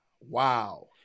Wow